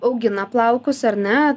augina plaukus ar ne